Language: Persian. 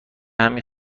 همین